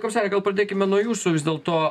komisare gal pradėkime nuo jūsų vis dėlto